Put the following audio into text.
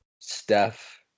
Steph